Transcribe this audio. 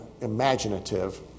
imaginative